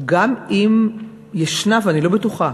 גם אם יש, ואני לא בטוחה,